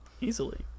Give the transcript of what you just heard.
Easily